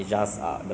ya truth